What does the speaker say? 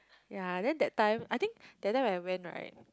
yea then that time I think that time I went right